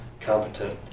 competent